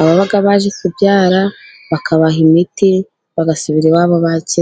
ababa baje kubyara bakabaha imiti bagasubira iwabo bakize.